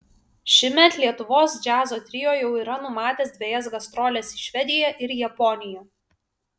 šįmet lietuvos džiazo trio jau yra numatęs dvejas gastroles į švediją ir japoniją